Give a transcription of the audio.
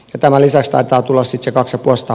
jo tavallisesta tulla sizekaksitoista